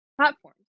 platforms